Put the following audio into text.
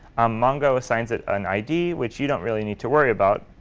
um mongo assigns it an id, which you don't really need to worry about.